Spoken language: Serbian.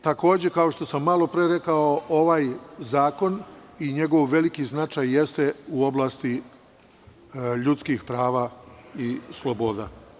Takođe, kao što sam malopre rekao, ovaj zakon i njegov veliki značaj jeste u oblasti ljudskih prava i sloboda.